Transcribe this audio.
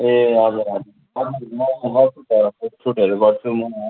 ए हजुर हजुर म गर्छु त फोटो सुटहरू गर्छु म